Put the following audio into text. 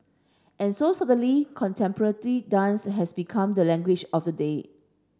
and so suddenly contemporary dance has become the language of the day